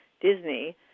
Disney